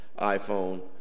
iPhone